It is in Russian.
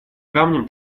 камнем